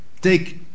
take